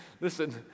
Listen